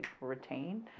retain